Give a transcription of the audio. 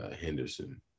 Henderson